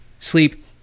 sleep